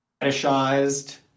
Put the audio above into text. fetishized